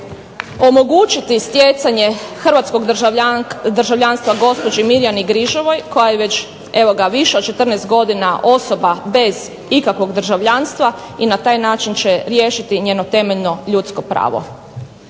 omogućiti stjecanje hrvatskog državljanstva gospođi Mirjani Grižovi koja je već više godina osoba bez ikakvog državljanstva i na taj način će riješiti njeno temeljno ljudsko pravo.